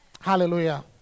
Hallelujah